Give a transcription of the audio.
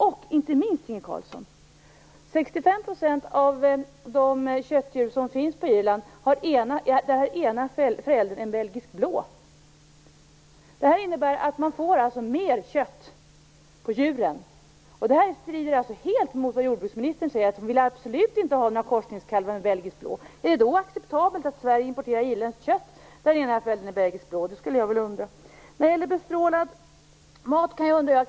Och inte minst: 65 % av de köttdjur som finns i Irland har en Belgisk blå som förälder. Det innebär att man får mer kött på djuren. Men detta strider helt mot vad jordbruksministern säger, att hon absolut inte vill ha några korsningskalvar med Belgisk blå. Är det då acceptabelt att Sverige importerar irländskt kött från djur där ena föräldern är Belgisk blå? Det undrar jag.